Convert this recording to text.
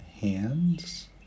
Hands